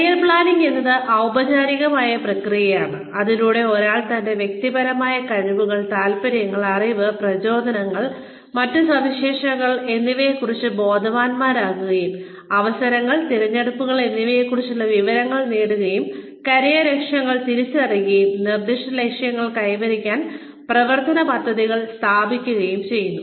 career planning എന്നത് ഔപചാരികമായ പ്രക്രിയയാണ് അതിലൂടെ ഒരാൾ തന്റെ വ്യക്തിപരമായ കഴിവുകൾ താൽപ്പര്യങ്ങൾ അറിവ് പ്രചോദനങ്ങൾ മറ്റ് സവിശേഷതകൾ എന്നിവയെക്കുറിച്ച് ബോധവാന്മാരാകുകയും അവസരങ്ങൾ തിരഞ്ഞെടുപ്പുകൾ എന്നിവയെക്കുറിച്ചുള്ള വിവരങ്ങൾ നേടുകയും കരിയർ ലക്ഷ്യങ്ങൾ തിരിച്ചറിയുകയും നിർദ്ദിഷ്ട ലക്ഷ്യങ്ങൾ കൈവരിക്കാൻ പ്രവർത്തന പദ്ധതികൾ സ്ഥാപിക്കുകയും ചെയ്യുന്നു